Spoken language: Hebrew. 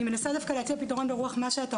אני מנסה דווקא להציע פתרון ברוח מה שאתה